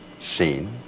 seen